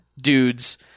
dudes